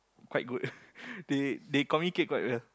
quite good they they communicate quite well